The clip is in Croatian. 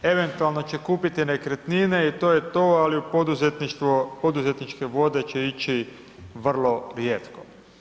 Eventualno će kupiti nekretnine i to je to, ali u poduzetničke vode će ići vrlo rijetko.